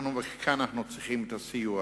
כאן אנחנו צריכים את הסיוע